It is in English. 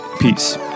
Peace